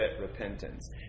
repentance